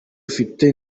ufite